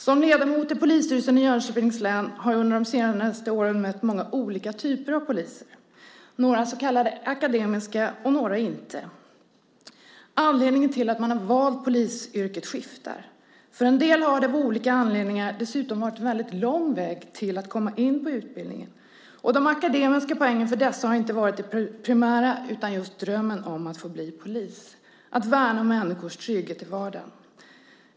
Som ledamot i polisstyrelsen i Jönköpings län har jag under de senaste åren mött många olika typer av poliser, några så kallat akademiska och några inte. Anledningen till att de har valt polisyrket skiftar. För en del har det av olika anledningar dessutom varit en väldigt lång väg att komma in på utbildningen. De akademiska poängen har för dessa människor inte varit det primära utan just drömmen om att få bli polis, att värna om människors trygghet i vardagen.